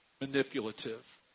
manipulative